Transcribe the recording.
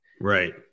Right